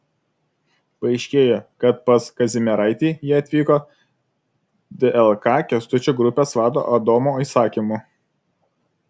paaiškėjo kad pas kazimieraitį jie atvyko dlk kęstučio grupės vado adomo įsakymu